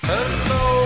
Hello